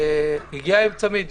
הגיע עם צמיד,